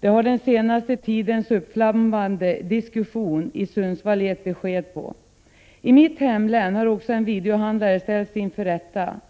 Det har den senaste tidens uppflammande diskussion i Sundsvall gett besked om. I mitt hemlän har också en videohandlare ställts inför rätta.